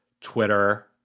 Twitter